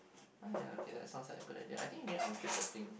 ah ya okay that's sounds like a good idea I think you need unclip the thing